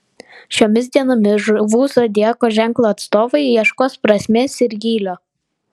šiomis dienomis žuvų zodiako ženklo atstovai ieškos prasmės ir gylio